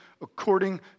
according